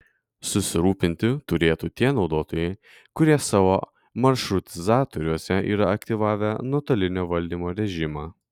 susirūpinti turėtų tie naudotojai kurie savo maršrutizatoriuose yra aktyvavę nuotolinio valdymo režimą